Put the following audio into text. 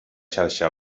xarxa